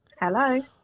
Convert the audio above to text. hello